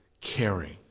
caring